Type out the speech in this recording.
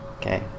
Okay